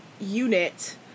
Unit